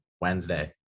Wednesday